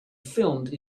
filmed